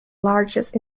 largest